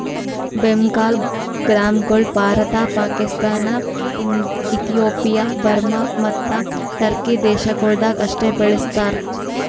ಬೆಂಗಾಲ್ ಗ್ರಾಂಗೊಳ್ Bharat, Pakistan, Ethiopia, Burma ಮತ್ತ Turkey ದೇಶಗೊಳ್ದಾಗ್ ಅಷ್ಟೆ ಬೆಳುಸ್ತಾರ್